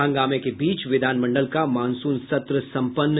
हंगामे के बीच विधानमंडल का मॉनसून सत्र सम्पन्न